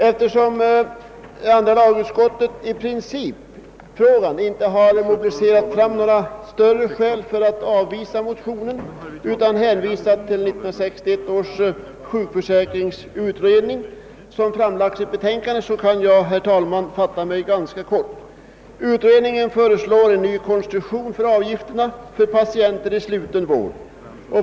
Eftersom andra lagutskottet i principfrågan inte har mobiliserat några starkare skäl för att avvisa motionen utan hänvisat till 1961 års sjukvårdsförsäkringsutrednings betänkande, kan jag, herr talman, fatta mig ganska kort. Utredningen föreslår en ny konstruktion för avgifterna för patienter i sluten vård.